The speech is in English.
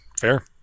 fair